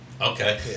Okay